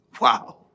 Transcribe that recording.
Wow